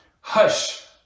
Hush